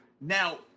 Now